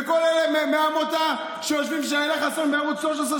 וכל אלה מהעמותה של אילה חסון בערוץ 13,